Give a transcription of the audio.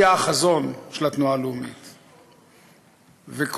-- הוא אתגר לעולם הערבי ולפלסטינים,